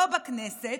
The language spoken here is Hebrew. לא בכנסת,